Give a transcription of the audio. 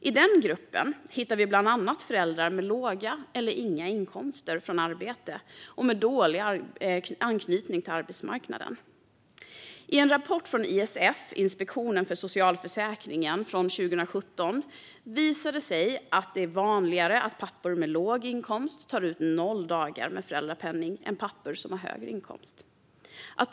I den gruppen hittar vi bland annat föräldrar med låga eller inga inkomster från arbete och med dålig anknytning till arbetsmarknaden. I en rapport från ISF, Inspektionen för socialförsäkringen, från 2017 visade det sig att det är vanligare att pappor med låg inkomst tar ut noll dagar med föräldrapenning än att pappor som har högre inkomst gör det.